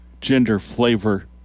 gender-flavor